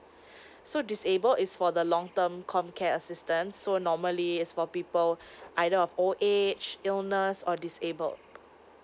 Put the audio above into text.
so disabled is for the long term com care assistance so normally is for people either of old age illness or disabled